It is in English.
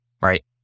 right